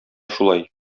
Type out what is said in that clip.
шулай